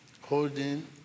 holding